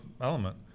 element